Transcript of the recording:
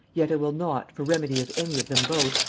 yet i will not, for remedy of any of them both,